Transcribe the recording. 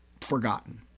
forgotten